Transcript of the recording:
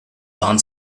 waren